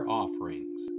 offerings